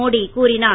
மோடி கூறினார்